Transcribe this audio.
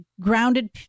grounded